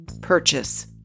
purchase